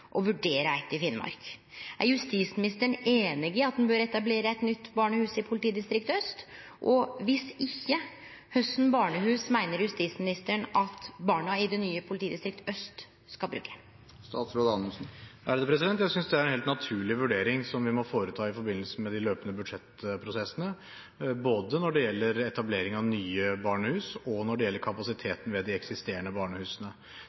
og vurdere eitt i Finnmark. Er justisministeren einig i at ein bør etablere eit nytt barnehus i politidistrikt aust? Viss ikkje: Kva for eit barnehus meiner justisministeren at barna i det nye politidistrikt aust skal bruke? Jeg synes det er en helt naturlig vurdering som vi må foreta i forbindelse med de løpende budsjettprosessene, både når det gjelder etablering av nye barnehus, og når det gjelder kapasiteten ved de eksisterende barnehusene.